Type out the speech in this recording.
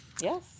Yes